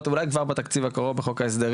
הטובות ואולי זה יקרה כבר בתקציב הקרוב בחוק ההסדרים.